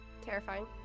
Terrifying